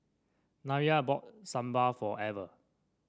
Nyah bought Sambar for Ever